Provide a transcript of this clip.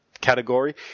category